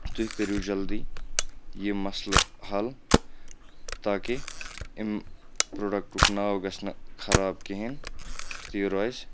تُہۍ کٔرِو جلدی یہِ مَسلہٕ حل تاکہِ ایٚمہِ پرٛوڈَکٹُک ناو گَژھِ نہٕ خراب کِہیٖنۍ تہٕ یہِ روزِ